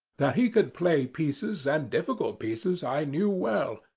that he could play pieces, and difficult pieces, i knew well,